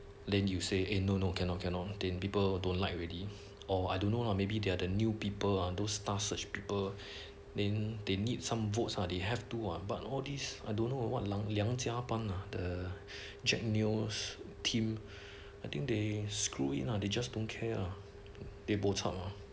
then you say eh no no cannot cannot then people don't like already or I don't know lah maybe they are the new people ah those stuffs such people then they need some votes uh they have to uh but all these I don't know what are the jack neo's team I think they screw it lah they just don't care they bo chup ah